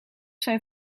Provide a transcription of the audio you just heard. zijn